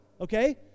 okay